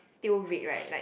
still red right like